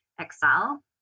excel